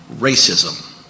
Racism